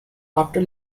after